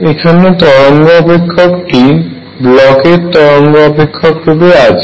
এখানে তরঙ্গ অপেক্ষক টি ব্লকের Blochs form তরঙ্গ অপেক্ষক রূপে আছে